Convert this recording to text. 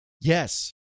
Yes